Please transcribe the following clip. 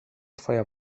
twoja